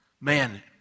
Man